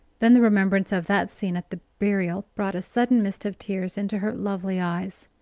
then the remembrance of that scene at the burial brought a sudden mist of tears into her lovely eyes.